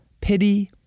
pity